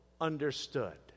understood